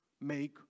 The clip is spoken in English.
Make